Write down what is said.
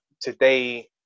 today